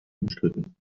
umstritten